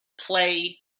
play